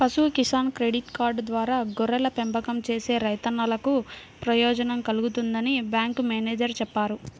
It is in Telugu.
పశు కిసాన్ క్రెడిట్ కార్డు ద్వారా గొర్రెల పెంపకం చేసే రైతన్నలకు ప్రయోజనం కల్గుతుందని బ్యాంకు మేనేజేరు చెప్పారు